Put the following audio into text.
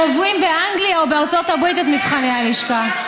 עוברים באנגליה או בארצות הברית את מבחני הלשכה.